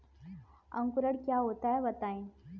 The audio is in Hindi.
अंकुरण क्या होता है बताएँ?